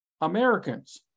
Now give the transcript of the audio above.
Americans